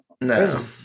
No